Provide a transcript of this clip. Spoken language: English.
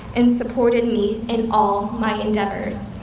and supported me in all my endeavors.